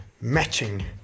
matching